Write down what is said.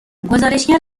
گزارشگر